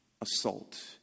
assault